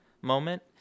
moment